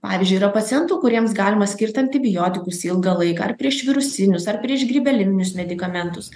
pavyzdžiui yra pacientų kuriems galima skirt antibiotikus ilgą laiką ar priešvirusinius ar priešgrybelinius medikamentus